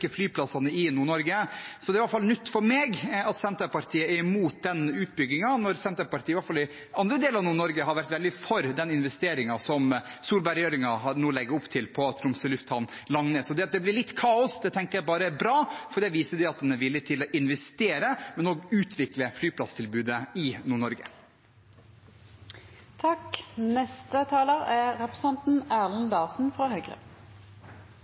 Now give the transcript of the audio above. flyplassene i Nord-Norge. Det er iallfall nytt for meg at Senterpartiet er mot den utbyggingen når Senterpartiet i hvert fall i andre deler av Nord-Norge har vært veldig for den investeringen Solberg-regjeringen la opp til på Tromsø lufthavn, Langnes. Det at det blir litt kaos, tenker jeg bare er bra, for det viser at en er villig til å investere og også utvikle flyplasstilbudet i